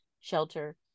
shelter